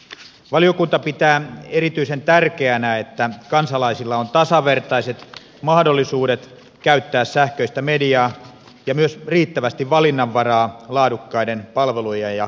valiokunta pitää erityisen tärkeänä että kansalaisilla on tasavertaiset mahdollisuudet käyttää sähköistä mediaa ja myös riittävästi valinnanvaraa laadukkaiden palvelujen ja sisältöjen suhteen